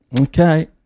Okay